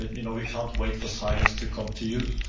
you know you can't wait for silence to come to you.